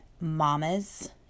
mamas